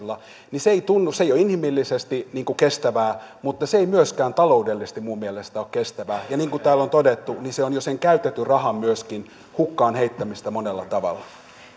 tulisimme niillä vahvemmilla lihaksilla ei ole inhimillisesti kestävää mutta se ei myöskään taloudellisesti minun mielestäni ole kestävää ja niin kuin täällä on todettu se on myöskin sen jo käytetyn rahan hukkaan heittämistä monella tavalla